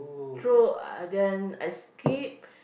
through then I skip